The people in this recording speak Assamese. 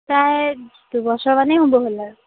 প্ৰায় দুবছৰমানেই হ'ব হবলা